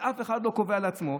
ואף אחד לא קובע לעצמו,